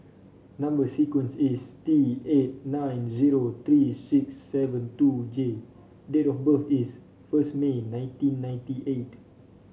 number sequence is T eight nine zero three six seven two J date of birth is first May nineteen ninety eight